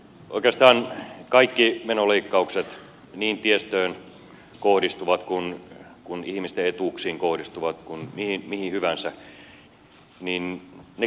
oikeastaan kaikki menoleikkaukset niin tiestöön kohdistuvat kuin ihmisten etuuksiin kohdistuvat kuin mihin hyvänsä kirpaisevat